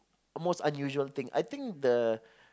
most unusual thing I think the